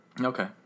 Okay